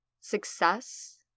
success